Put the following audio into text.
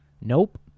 Nope